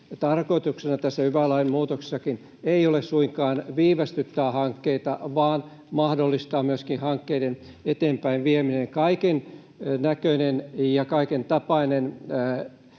tarkoituksena tässä yva-lain muutoksessakaan ei ole suinkaan viivästyttää hankkeita vaan mahdollistaa myöskin hankkeiden eteenpäin vieminen. Kaikennäköinen ja kaikentapainen